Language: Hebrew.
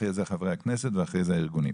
אחרי זה חברי הכנסת ואחרי זה הארגונים,